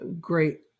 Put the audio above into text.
great